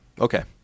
Okay